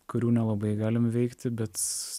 kurių nelabai galim veikti bet